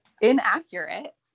inaccurate